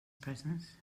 presence